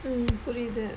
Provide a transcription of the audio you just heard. mmhmm புரிது:purithu